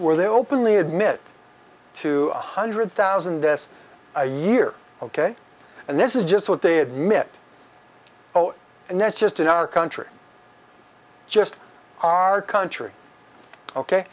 where they openly admit to one hundred thousand deaths a year ok and this is just what they admit oh and that's just in our country just our country ok